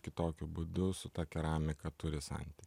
kitokiu būdu su ta keramika turi santykį